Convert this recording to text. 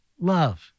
love